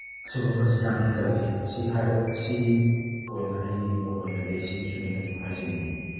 ꯑꯁꯤꯒꯨꯝꯕꯁꯤ ꯌꯥꯝ ꯍꯦꯟꯒꯠꯂꯤ ꯑꯁꯤ ꯑꯁꯤ ꯑꯣꯏꯅ ꯑꯩꯒꯤ ꯃꯣꯠ ꯑꯣꯏꯅꯗꯤ ꯑꯩ ꯁꯤ ꯁꯨꯃꯥꯏꯟ ꯁꯨꯝ ꯑꯩ ꯍꯥꯏꯖꯅꯤꯡꯏ